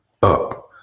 Up